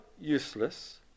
useless